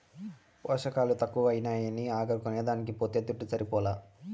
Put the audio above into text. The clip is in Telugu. పోసకాలు తక్కువైనాయని అగరు కొనేదానికి పోతే దుడ్డు సరిపోలా